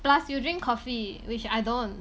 plus you drink coffee which I don't